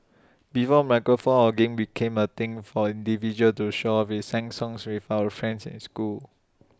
before microphone hogging became A thing for individuals to show off we sang songs with our friends in school